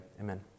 Amen